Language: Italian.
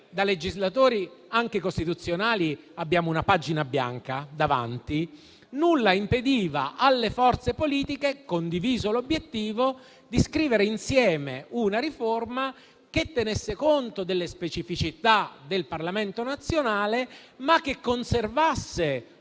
da legislatori anche costituzionali, abbiamo una pagina bianca davanti, nulla impediva alle forze politiche, condiviso l'obiettivo, di scrivere insieme una riforma che tenesse conto delle specificità del Parlamento nazionale, ma che conservasse